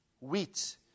wheat